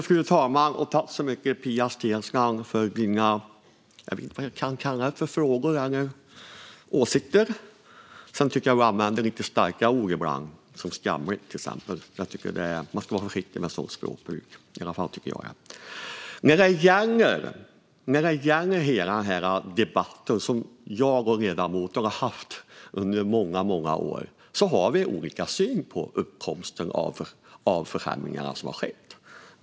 Fru talman! Tack så mycket för dina frågor och åsikter, Pia Steensland! Jag tycker att du använder lite starka ord ibland, till exempel skamligt. Jag tycker att man ska vara försiktig med sådant språkbruk. När det gäller hela den debatt som jag och ledamoten har haft under många år har vi olika syn på uppkomsten av de försämringar som har skett.